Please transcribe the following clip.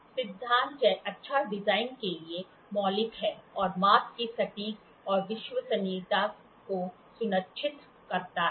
सिद्धांत अच्छा डिजाइन के लिए मौलिक है और माप की सटीक और विश्वसनीयता को सुनिश्चित करता है